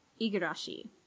Igarashi